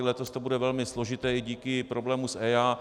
Letos to bude velmi složité i díky problému s EIA.